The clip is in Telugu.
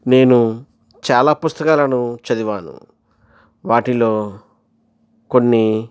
నేను చాలా పుస్తకాలను చదివాను వాటిలో కొన్ని